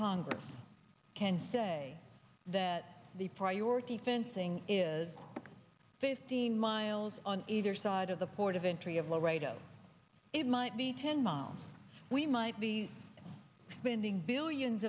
congress can say that the priority fencing is fifteen miles on either side of the port of entry of laredo it might be ten miles we might be spending billions